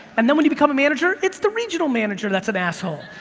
and when when you become manager, it's the regional manager that's an asshole,